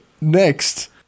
next